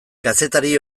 kazetari